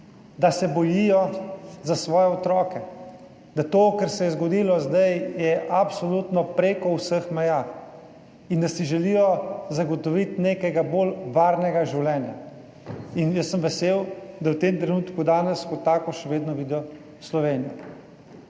Da se bojijo za svoje otroke, da to, kar se je zgodilo zdaj, je absolutno preko vseh meja in da si želijo zagotoviti nekega bolj varnega življenja in jaz sem vesel, da v tem trenutku, danes kot tako še vedno vidijo Slovenijo